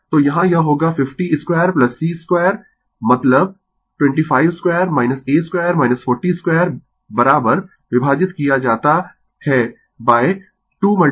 तो यहां यह होगा 50 स्क्वायर c स्क्वायर मतलब 25 स्क्वायर a स्क्वायर 40 स्क्वायर विभाजित किया जाता है बाय 2 b c